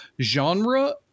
genre